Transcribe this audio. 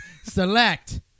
select